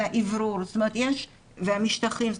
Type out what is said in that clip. ואוורור והמשטחים,